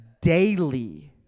Daily